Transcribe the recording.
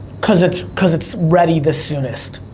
cause it's cause it's ready the soonest,